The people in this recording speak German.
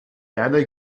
erde